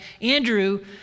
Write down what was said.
Andrew